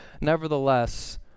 Nevertheless